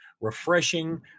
refreshing